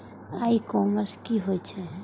ई commerce की होय छेय?